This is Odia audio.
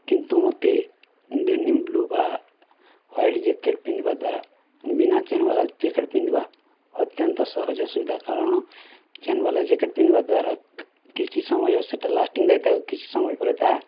କିନ୍ତୁ ମୋତେ ଡେନିମ୍ ବ୍ଲୁ ବା ହ୍ୱାଇଟ୍ ଜ୍ୟାକେଟ୍ ପିନ୍ଧିବା ଦ୍ୱାରା ବିନା ଚେନ୍ ବାଲା ଜ୍ୟାକେଟ୍ ପିନ୍ଧିବା ଅତ୍ୟନ୍ତ ସହଜ ସୁବିଧା କାରଣ ଚେନ୍ ବାଲା ଜ୍ୟାକେଟ୍ ପିନ୍ଧିବା ଦ୍ୱାରା କିଛି ସମୟ ସେଇଟା ଲାଷ୍ଟିଙ୍ଗ୍ ରହିଥାଏ କିଛି ସମୟ ପରେ ତାହା